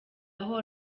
aho